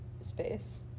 space